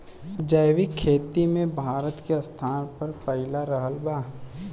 जैविक खेती मे भारत के स्थान पहिला रहल बा